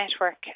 network